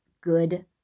good